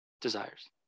desires